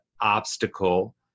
obstacle